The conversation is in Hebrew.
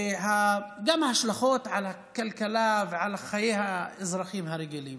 וגם ההשלכות על הכלכלה ועל חיי האזרחים הרגילים,